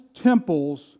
temples